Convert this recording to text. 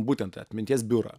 būtent atminties biurą